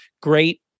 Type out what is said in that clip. great